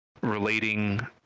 relating